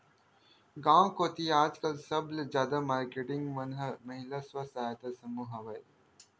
गांव कोती आजकल सबले जादा मारकेटिंग मन के महिला स्व सहायता समूह हवय